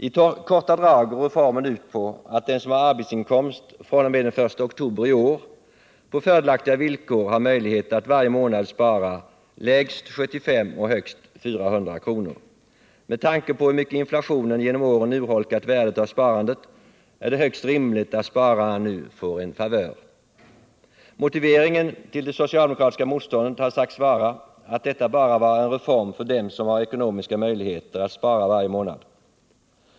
I korta drag går reformen ut på att den som har arbetsinkomst den I oktober i år på fördelaktiga villkor har möjlighet att varje månad spara lägst 75 och högst 400 kr. Med tanke på hur mycket inflationen genom åren urholkat värdet av sparandet, är det högst rimligt att spararna nu får en favör. Motiveringen till det socialdemokratiska motståndet har sagts vara att detta bara var en reform för dem som har ekonomiska möjligheter att spara varje månad.